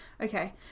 okay